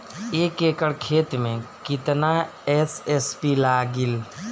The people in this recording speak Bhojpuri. एक एकड़ खेत मे कितना एस.एस.पी लागिल?